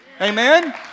Amen